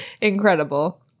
Incredible